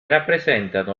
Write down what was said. rappresentano